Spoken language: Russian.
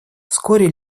вскоре